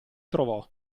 trovò